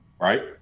Right